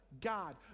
God